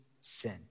sin